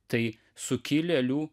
tai sukilėlių